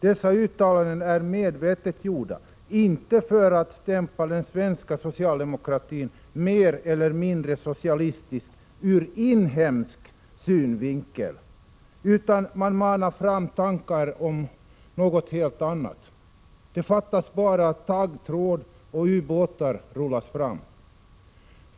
Dessa uttalanden är medvetet gjorda, inte för att stämpla den svenska socialdemokratin som mer eller mindre socialistisk ur inhemsk synvinkel, utan man manar fram tankar på något helt annat. Det fattas bara att taggtråd och ubåtar rullas fram.